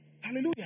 hallelujah